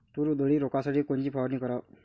तूर उधळी रोखासाठी कोनची फवारनी कराव?